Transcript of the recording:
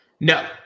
No